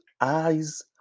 eyes